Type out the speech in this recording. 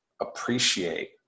appreciate